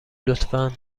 لطفا